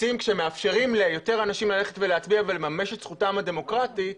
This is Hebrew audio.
כשמאפשרים ליותר אנשים ללכת ולהצביע ולממש את זכותם הדמוקרטית,